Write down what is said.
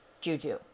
juju